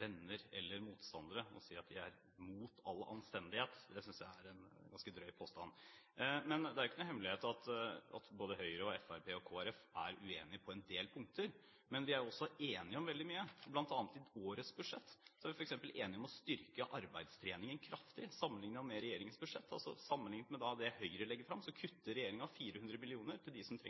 venner eller motstandere ved å si at de er mot all anstendighet. Det synes jeg er en ganske drøy påstand. Det er jo ikke noen hemmelighet at både Høyre, Fremskrittspartiet og Kristelig Folkeparti er uenige på en del punkter, men vi er også enige om veldig mye. Blant annet er vi i årets budsjett f. eks. enige om å styrke arbeidstreningen kraftig, sammenliknet med regjeringens budsjett. Sammenliknet med det som Høyre legger fram, kutter altså regjeringen med 400 mill. kr til dem som